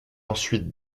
ensuite